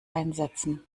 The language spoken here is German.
einsetzen